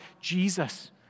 Jesus